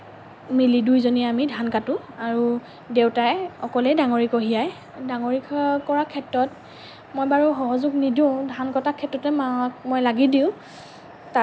মিলি দুইজনীয়ে আমি ধান কাটোঁ আৰু দেউতাই অকলে ডাঙৰি কঢ়িয়াই ডাঙৰি কঢ়িওৱাৰ ক্ষেত্ৰত মই বাৰু সহযোগ নিদিওঁ ধান কটাৰ ক্ষেত্ৰতে মাক মই লাগি দিওঁ